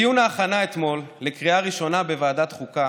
בדיון ההכנה אתמול לקריאה ראשונה בוועדת חוקה